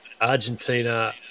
Argentina